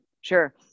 sure